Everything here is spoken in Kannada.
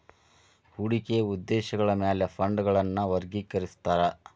ಹೂಡಿಕೆಯ ಉದ್ದೇಶಗಳ ಮ್ಯಾಲೆ ಫಂಡ್ಗಳನ್ನ ವರ್ಗಿಕರಿಸ್ತಾರಾ